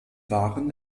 waren